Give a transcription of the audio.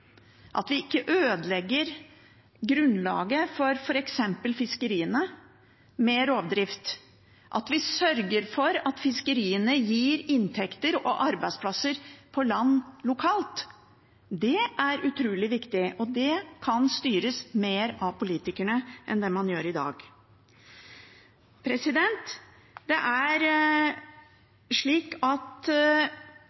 at vi ikke f.eks. ødelegger grunnlaget for fiskeriene med rovdrift, at vi sørger for at fiskeriene gir inntekter og arbeidsplasser på land lokalt. Det er utrolig viktig, og det kan styres mer av politikerne enn det man gjør i dag. Det er